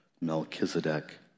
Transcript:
Melchizedek